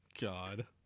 God